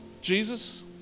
Jesus